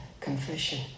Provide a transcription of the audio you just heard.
confession